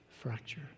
fracture